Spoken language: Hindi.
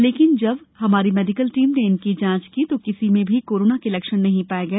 लेकिन जब हमारी मेडिकल टीम ने इनकी जांच की तो किसी में भी कोरोना के लक्षण नहीं पाए गए